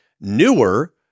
newer